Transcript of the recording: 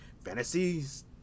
fantasies